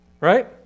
Right